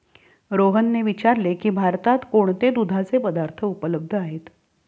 रोहनने विचारले की भारतात कोणते दुधाचे पदार्थ उपलब्ध आहेत?